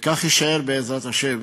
וכך יישאר, בעזרת השם,